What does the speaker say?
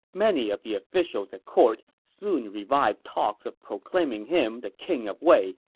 many of the officials at court soon revived talks of proclaiming him the king of wei,